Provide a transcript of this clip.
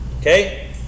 Okay